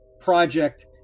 project